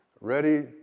ready